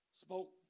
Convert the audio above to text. spoke